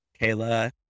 Kayla